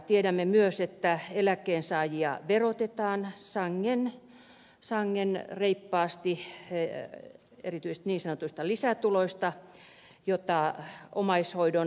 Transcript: tiedämme myös että eläkkeensaajia verotetaan sangen reippaasti erityisesti niin sanotuista lisätuloista joita omaishoidon palkkio eläkkeellä oleville on